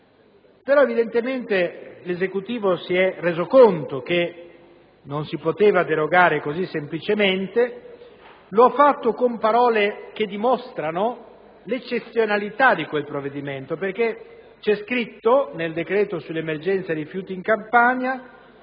Però, evidentemente, l'Esecutivo si è reso conto che non si poteva derogare così semplicemente e lo ha fatto con parole che dimostrano l'eccezionalità di quel provvedimento. Infatti, nel decreto sull'emergenza rifiuti in Campania